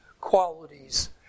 qualities